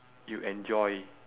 you enjoy